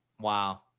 Wow